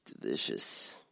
Delicious